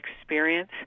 experience